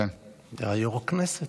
היה יו"ר הכנסת.